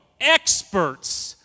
experts